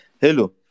Hello